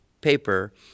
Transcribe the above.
paper